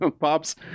Pops